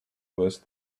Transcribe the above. worse